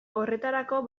horretarako